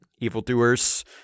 evildoers